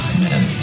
men